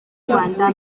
rwanda